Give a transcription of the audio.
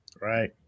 Right